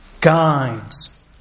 guides